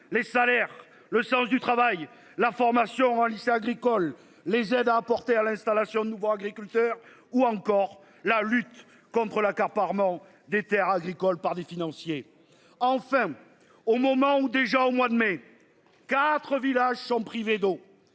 les salaires, le sens du travail. La formation au lycée agricole les aides à apporter à l'installation de nouveaux agriculteurs ou encore la lutte contre l'accaparement des Terres agricoles par des financiers. Enfin, au moment où déjà au mois de mai 4 villages sont privés d'eau.